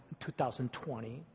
2020